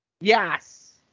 yes